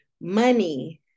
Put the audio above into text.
money